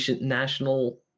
national